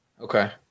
Okay